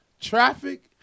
traffic